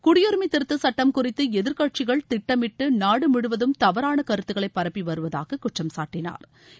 குடியுரிஸமதிருத்தச் சட்டம் குறித்துஎதிர்கட்சிகள் திட்டமிட்டுநாடுமுழுவதும் தவறானகருத்துகளைபரப்பிவருவதாககுற்றம்சாட்டினாா்